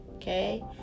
Okay